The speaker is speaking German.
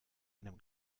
einem